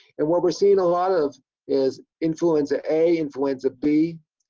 and what we're seeing a lot of is influenza a, influenza b,